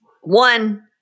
one